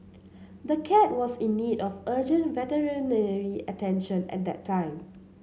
the cat was in need of urgent veterinary attention at the time